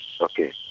Okay